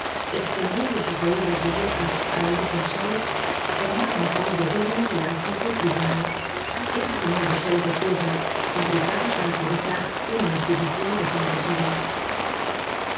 extendiendo sus roídas bellezas á la luz del sol formaba un fondo dig no del antiguo tribunal era como un dosel de piedra fabricado para cobijar una institución de cinco siglos